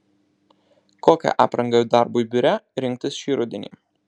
kokią aprangą darbui biure rinktis šį rudenį